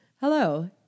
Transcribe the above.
Hello